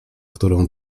którą